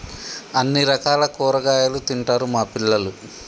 అన్ని రకాల కూరగాయలు తింటారు మా పిల్లలు